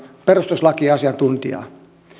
perustuslakiasiantuntijaa